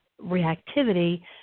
reactivity